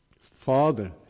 Father